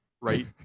right